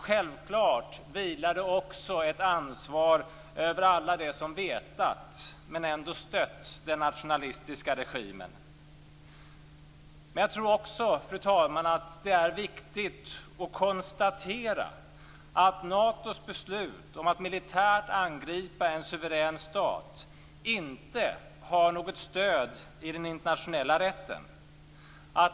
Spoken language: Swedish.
Självfallet vilar det också ett ansvar över alla dem som har vetat om detta men ändå har stött den nationalistiska regimen. Fru talman! Jag tror också att det är viktigt att konstatera att Natos beslut om att militärt angripa en suverän stat inte har något stöd i den internationella rätten.